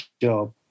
job